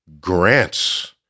grants